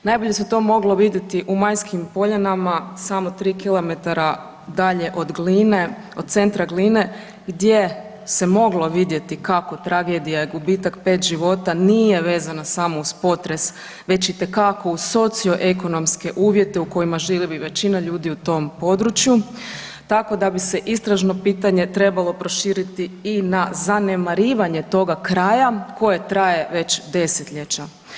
Najbolje se to moglo vidjeti u Majskim poljanama samo tri kilometra dalje od centra Gline gdje se moglo vidjeti kako tragedija i gubitak pet života nije vezana samo uz potres već itekako uz socioekonomske uvjete u kojima živi većina ljudi u tom području, tako da bi se istražno pitanje trebalo proširiti i na zanemarivanje toga kraja koje traje već desetljeće.